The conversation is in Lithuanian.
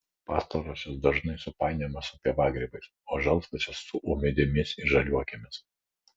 pastarosios dažnai supainiojamos su pievagrybiais o žalsvosios su ūmėdėmis ar žaliuokėmis